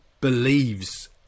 believes